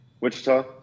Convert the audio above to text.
Wichita